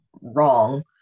wrong